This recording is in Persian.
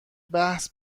بحث